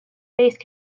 faced